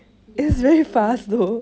ya true